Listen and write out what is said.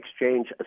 exchange